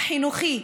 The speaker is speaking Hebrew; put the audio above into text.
החינוכי,